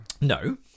No